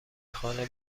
خانه